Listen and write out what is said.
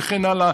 וכן הלאה.